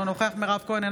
אינו נוכח מירב כהן,